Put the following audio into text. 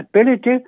ability